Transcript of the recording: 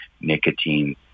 nicotine